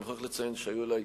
אני מוכרח לציין שהיו אלי